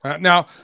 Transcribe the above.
Now